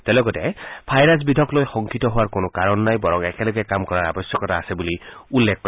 তেওঁ লগতে ভাইৰাছ বিধক লৈ শংকিত হোৱাৰ কোনো কাৰণ নাই বৰং একেলগে কাম কৰাৰ আৱশ্যকতা আছে বুলি উল্লেখ কৰে